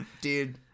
dude